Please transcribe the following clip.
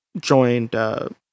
joined